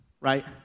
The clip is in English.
right